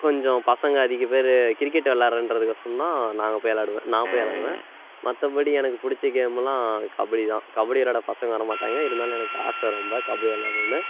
கொஞ்சம் பசங்கள் அதிக பேர் கிரிக்கெட் வெளாட்றேன்றதுக்கு ஒசரந்தான் நான் அங்கே போய் விளாடுவேன் நான் போய் விளாடுவேன் மற்றபடி எனக்கு பிடிச்ச கேமுலாம் கபடி தான் கபடி விளாட பசங்கள் வர மாட்டாங்க இருந்தாலும் எனக்கு ஆசை ரொம்ப கபடி விளாடணும்னு